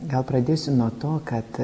gal pradėsiu nuo to kad